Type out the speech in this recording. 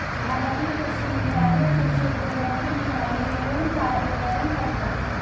भारत में कृषि मंत्रालय कृषि उद्योगों की निगरानी एवं कार्यान्वयन करता है